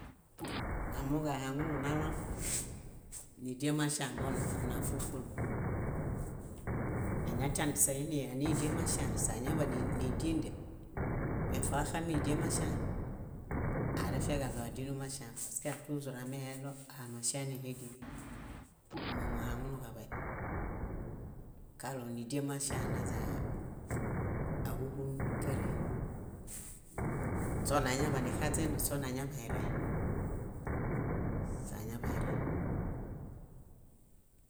. Amooġo ahaŋununaloŋ nídien maŝaen boona fúlu fúlu. Añatian síinianidien maŝaen sáñaḃanidinde. Me foo áxamidin maŝaen arefiaġaɭo ádinumaŝaen paske túĵur ameeɭo aamaŝaen níledin. Móo muhaŋunuġaḃay kaɭo nídin maŝaen aźa áhuhukaree, ośona añaḃanixaźen, ośona añaḃaerẽ, ośona añaḃaerẽ.